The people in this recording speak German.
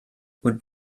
und